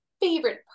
favorite